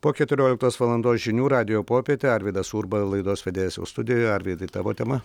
po keturioliktos valandų žinių radijo popietė arvydas urba laidos vedėjas jau studijoje arvydai tavo tema